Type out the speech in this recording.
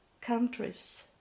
countries